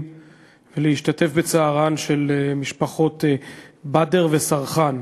ולהשתתף בצערן של משפחות בדר וסרחאן.